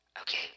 Okay